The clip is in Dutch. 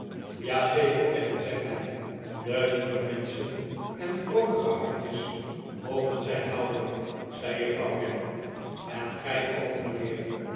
zeker kennen zij mij de lieve menschen en vroolijke hartjes mogen zij houden zei juffrouw gamp en gij ook mijnheer